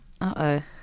Uh-oh